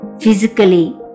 physically